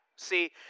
See